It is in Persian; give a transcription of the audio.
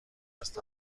است